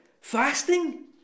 fasting